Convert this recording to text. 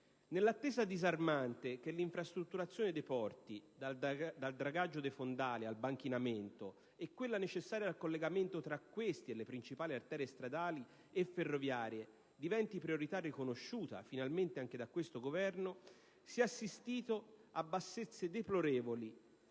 Nell'attesa disarmante che l'infrastrutturazione dei porti (dal dragaggio dei fondali al banchinamento) e quella necessaria al collegamento tra questi e le principali arterie stradali e ferroviarie diventi priorità riconosciuta finalmente anche da questo Governo, si è assistito a bassezze deplorevoli